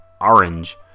Orange